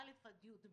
מ-א' עד י"ב,